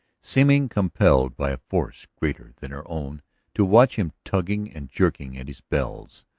seeming compelled by a force greater than her own to watch him tugging and jerking at his bells.